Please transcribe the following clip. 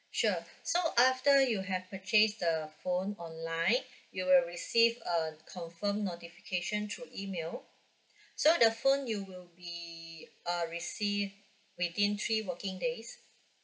sure so after you have purchase the phone online you will receive a confirm notification through email so the phone you will be uh receive within three working days